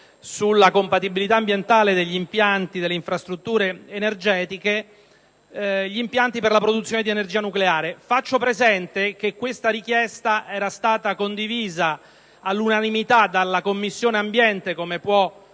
sulla compatibilità ambientale degli impianti delle infrastrutture energetiche quelli per la produzione di energia nucleare. Faccio presente che questa richiesta è stata condivisa all'unanimità dalla Commissione ambiente, come può